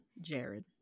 Jared